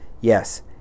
yes